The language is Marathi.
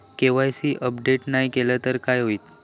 के.वाय.सी अपडेट नाय केलय तर काय होईत?